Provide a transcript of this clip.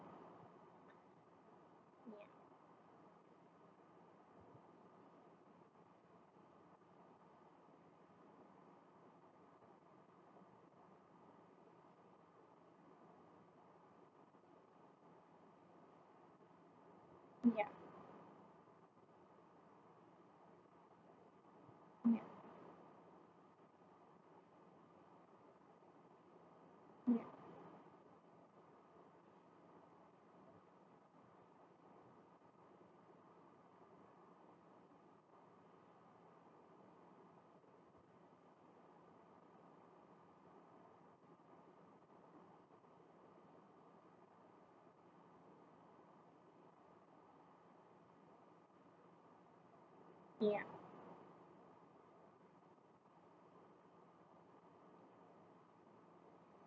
ya ya ya ya